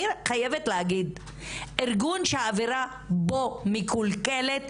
חייבת להגיד: ארגון שהאווירה בו מקולקלת,